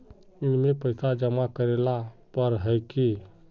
इसमें पैसा जमा करेला पर है की?